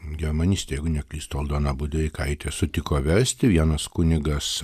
germanistė jeigu neklystu aldona budreikaitė sutiko versti vienas kunigas